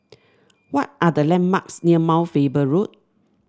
what are the landmarks near Mount Faber Road